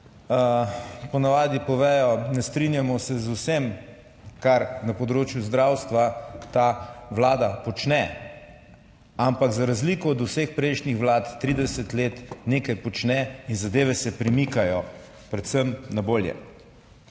ponavadi povedo ne strinjamo se z vsem, kar na področju zdravstva ta Vlada počne, ampak za razliko od vseh prejšnjih vlad 30 let nekaj počne in zadeve se premikajo predvsem na bolje.